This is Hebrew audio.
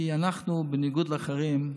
כי אנחנו, בניגוד לאחרים,